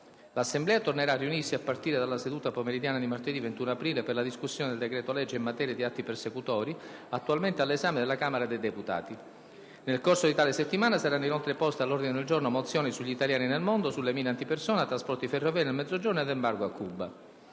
L'Assemblea tornerà a riunirsi a partire dalla seduta pomeridiana di martedì 21 aprile per la discussione del decreto-legge in materia di atti persecutori, attualmente all'esame della Camera dei deputati. Nel corso di tale settimana saranno inoltre poste all'ordine del giorno mozioni sugli italiani nel mondo, sulle mine antipersona, sui trasporti ferroviari nel Mezzogiorno e sull'embargo a Cuba.